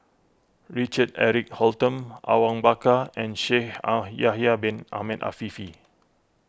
Richard Eric Holttum Awang Bakar and Shaikh Ah Yahya Bin Ahmed Afifi